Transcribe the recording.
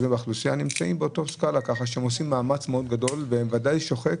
נמצאים באותה סקאלה כך שהם עושים מאמץ מאוד גדול ובוודאי שוחק.